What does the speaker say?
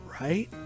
right